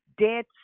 dead